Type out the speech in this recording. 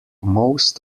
most